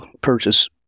purchase